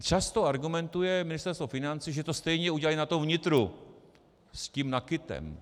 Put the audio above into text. Často argumentuje Ministerstvo financí, že to stejně udělají na tom vnitru s tím NAKITem.